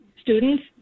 Students